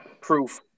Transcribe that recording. proof